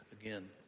again